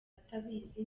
atabizi